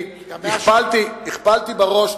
כי הכפלתי בראש,